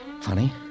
Funny